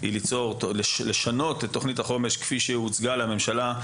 היא לשנות את תוכנית החומש כפי שהוצגה לממשלה,